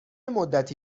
مدتی